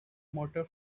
motor